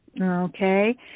Okay